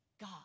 God